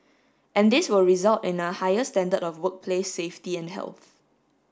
and this will result in a higher standard of workplace safety and health